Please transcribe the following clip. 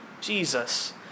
Jesus